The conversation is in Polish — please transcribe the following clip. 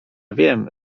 wiem